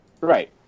Right